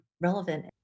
relevant